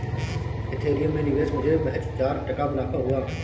Ethereum में निवेश मुझे महज चार टका मुनाफा हुआ